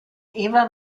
eva